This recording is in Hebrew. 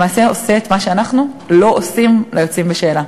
למעשה, עושה את מה שאנחנו לא עושים ליוצאים בשאלה.